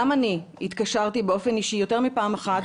גם אני התקשרתי באופן אישי יותר מפעם אחת,